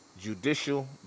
judicial